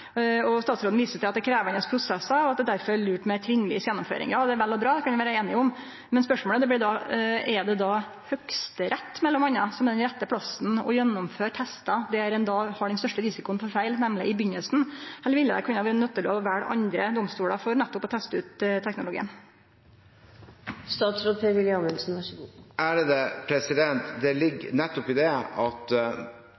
teknologien. Statsråden viste til at det er krevjande prosessar, og at det derfor er lurt med ei trinnvis gjennomføring. Det er vel og bra – det kan vi vere einige om. Men spørsmålet blir då: Er det Høgsterett, m.a., som er den rette plassen å gjennomføre testar på, når ein har den største risikoen for feil i byrjinga, eller ville det vore nyttig å velje andre domstolar for nettopp å teste ut teknologien? Det ligger nettopp i det